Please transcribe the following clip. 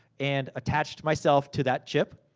and attached myself to that chip,